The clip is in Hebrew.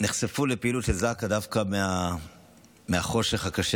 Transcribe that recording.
נחשפנו לפעילות של זק"א דווקא מהחושך הקשה